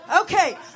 Okay